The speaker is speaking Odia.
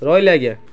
ରହିଲି ଆଜ୍ଞା